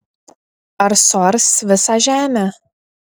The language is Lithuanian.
ar suars visą žemę